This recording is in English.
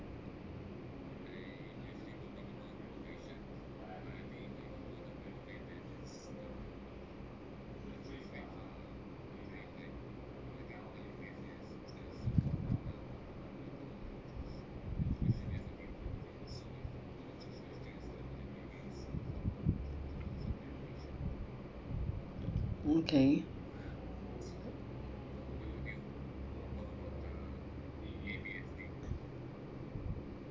mm okay